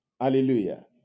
hallelujah